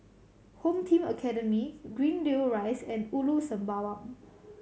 Home Team Academy Greendale Rise and Ulu Sembawang